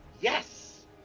yes